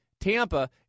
Tampa